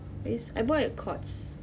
this I bought at courts